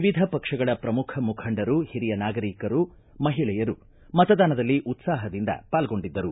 ವಿವಿಧ ಪಕ್ಷಗಳ ಶ್ರಮುಖ ಮುಖಂಡರು ಹಿರಿಯ ನಾಗರಿಕರು ಮಹಿಳೆಯರು ಮತದಾನದಲ್ಲಿ ಉತ್ಸಾಹದಿಂದ ಪಾಲ್ಗೊಂಡಿದ್ದರು